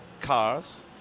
cars